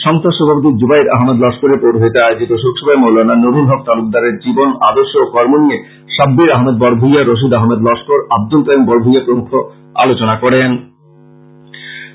সংস্থার সভাপতি জুবাইর আহমেদ লস্করের পৌরহিত্যে আয়োজিত শোকসভায় মৌলানা নরুল হক তালুকদারের জীবন আর্দশ ও কর্ম নিয়ে সাব্বির আহমেদ বড়ভুইয়া রশিদ আহমেদ লস্কর আব্দুল কায়ুম বড়ভুইয়া প্রমূখ আলোচনা করেন